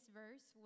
verse